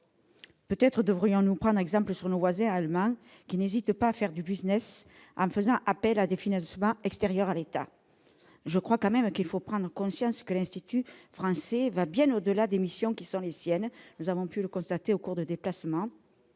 Peut-être devrions-nous prendre exemple sur nos voisins allemands, qui n'hésitent pas à faire du en faisant appel à des financements extérieurs à l'État. Je crois tout de même qu'il faut prendre conscience que l'Institut français va bien au-delà des missions qui sont les siennes. Nous avons pu le constater au cours de nos déplacements